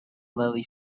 lily